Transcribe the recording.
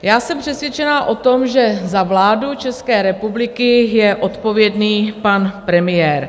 Já jsem přesvědčená o tom, že za vládu České republiky je odpovědný pan premiér.